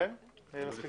אני מתכבד